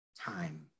time